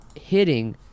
hitting